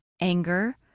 anger